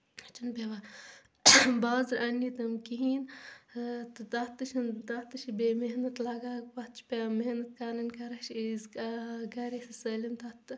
اسہِ چھَنہٕ پیٚوان بازرٕ اننہِ تِم کہیٖنۍ ٲں تہٕ تتھ تہِ چھِنہٕ تتھ تہِ چھِ بیٚیہِ محنت لگان پتہٕ چھِ پیٚوان محنت کرٕنۍ کرن چھِ أسۍ ٲں گرِے سٲلِم تتھ تہٕ